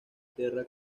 terra